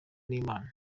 n’imana